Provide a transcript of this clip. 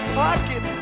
pocket